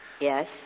Yes